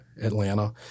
Atlanta